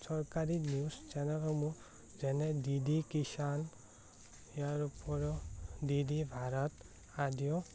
চৰকাৰী নিউজ চেনেলসমূহ যেনে ডি ডি কিষান ইয়াৰ উপৰিও ডি ডি ভাৰত আদিও